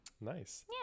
nice